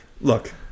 look